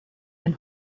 den